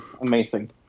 Amazing